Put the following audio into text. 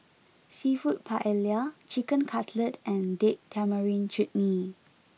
Seafood Paella Chicken Cutlet and Date Tamarind Chutney